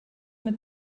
mit